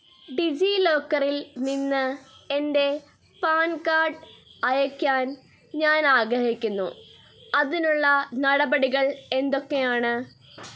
ഡിജി ലോക്കറിൽ നിന്ന് എന്റെ പാൻ കാഡ് അയയ്ക്കാൻ ഞാനാഗ്രഹിക്കുന്നു അതിനുള്ള നടപടികൾ എന്തൊക്കെയാണ്